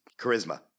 charisma